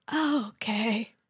Okay